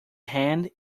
hand